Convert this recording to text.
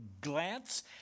glance